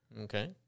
Okay